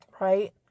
right